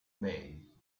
bay